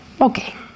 Okay